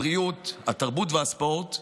הבריאות, התרבות והספורט,